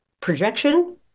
projection